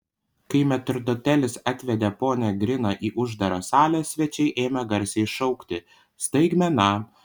kai metrdotelis atvedė poną griną į uždarą salę svečiai ėmė garsiai šaukti staigmena